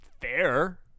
Fair